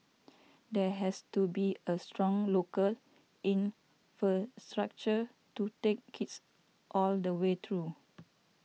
there has to be a strong local infrastructure to take kids all the way through